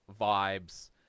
vibes